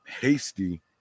Hasty